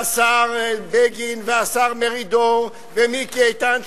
והשר בגין והשר מרידור והשר מיקי איתן,